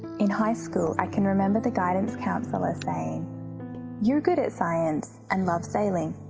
in high school, i can remember the guidance counselor saying you're good at science and love sailing,